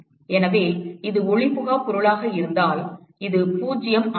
எனவே இது ஒளிபுகா பொருளாக இருந்தால் இது 0 ஆகும்